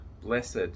Blessed